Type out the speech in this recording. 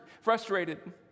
frustrated